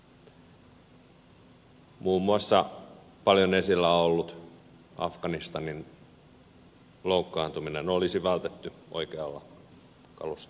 muun muassa paljon esillä ollut afganistanin loukkaantuminen olisi vältetty oikealla kalustolla